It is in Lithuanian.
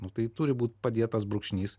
nu tai turi būt padėtas brūkšnys